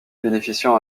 bénéficiant